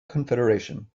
confederation